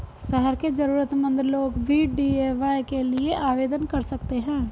शहर के जरूरतमंद लोग भी डी.ए.वाय के लिए आवेदन कर सकते हैं